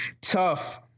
tough